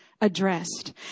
addressed